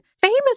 famous